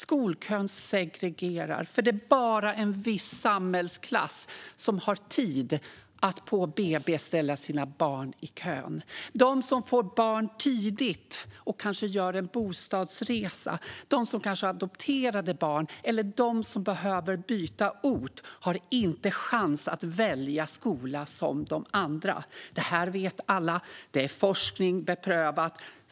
Skolkön segregerar, för det är bara en viss samhällsklass som har tid att redan på BB ställa sina barn i kön. De som får barn tidigt och kanske gör en bostadsresa, de som har adopterade barn eller de som behöver byta ort har inte samma chans att välja skola som de andra. Det här vet alla. Beprövad forskning visar det.